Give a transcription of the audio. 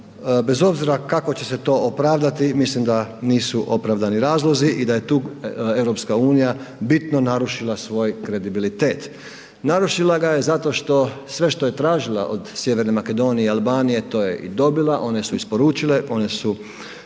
bez obzira kako će se to opravdati mislim da nisu opravdani razlozi i da je tu EU bitno narušila svoj kredibilitet. Narušila ga je zato što sve što je tražila od Sjeverne Makedonije i Albanije to je i dobila, one su isporučile, one su